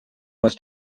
was